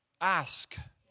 Ask